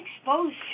exposed